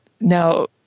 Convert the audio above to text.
Now